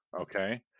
Okay